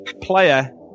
player